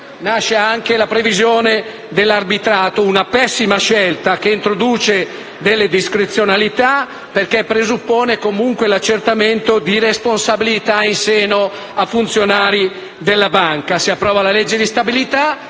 nasce anche la previsione dell'arbitrato: una pessima scelta che introduce discrezionalità perché presuppone comunque l'accertamento di responsabilità in seno a funzionari della banca. Si approva la legge di stabilità;